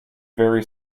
very